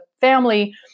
family